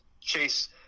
Chase